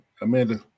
Amanda